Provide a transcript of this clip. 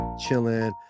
chilling